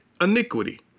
iniquity